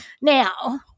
Now